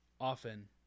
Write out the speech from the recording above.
often